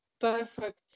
perfect